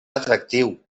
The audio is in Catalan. atractiu